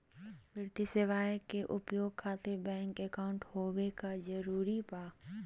वित्तीय सेवाएं के उपयोग खातिर बैंक अकाउंट होबे का जरूरी बा?